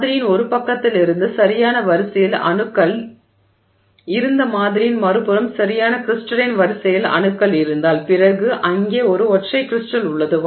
மாதிரியின் ஒரு பக்கத்திலிருந்து சரியான வரிசையில் அணுக்கள் இருந்து மாதிரியின் மறுபுறம் சரியான கிரிஸ்டலைன் வரிசையில் அணுக்கள் இருந்தால் பிறகு அங்கே ஒரு ஒற்றை கிரிஸ்டல் உள்ளது